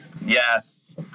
Yes